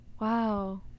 wow